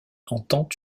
entend